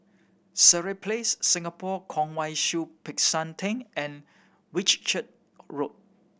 Sireh Place Singapore Kwong Wai Siew Peck San Theng and Whitchurch Road